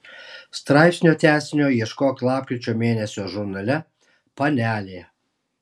straipsnio tęsinio ieškok lapkričio mėnesio žurnale panelė